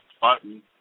Button